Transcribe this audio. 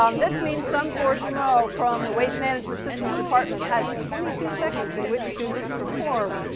um this means, some poor schmo from the waste management systems department has twenty two seconds in which to perform.